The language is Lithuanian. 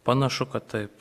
panašu kad taip